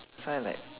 that's why like